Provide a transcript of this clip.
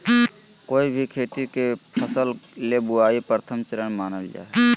कोय भी फसल के खेती ले बुआई प्रथम चरण मानल जा हय